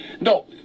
no